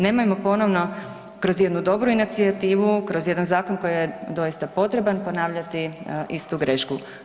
Nemojmo ponovno kroz jednu dobru inicijativu, kroz jedan zakon koji je doista potreban, ponavljati istu grešku.